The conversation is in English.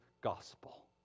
gospel